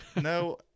No